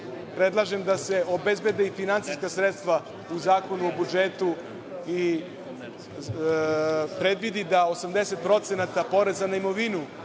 predlažem da se obezbede finansijska sredstva u Zakonu o budžetu i predvidi da 80% poreza na imovinu